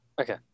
Okay